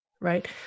right